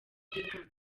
by’urukundo